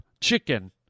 chicken